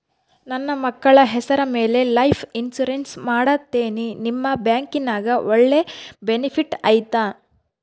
ನನ್ನ ಮಕ್ಕಳ ಹೆಸರ ಮ್ಯಾಲೆ ಲೈಫ್ ಇನ್ಸೂರೆನ್ಸ್ ಮಾಡತೇನಿ ನಿಮ್ಮ ಬ್ಯಾಂಕಿನ್ಯಾಗ ಒಳ್ಳೆ ಬೆನಿಫಿಟ್ ಐತಾ?